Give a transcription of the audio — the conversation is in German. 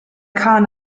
kahn